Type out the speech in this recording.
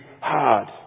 hard